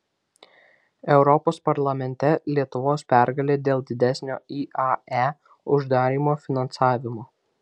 europos parlamente lietuvos pergalė dėl didesnio iae uždarymo finansavimo